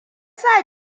sa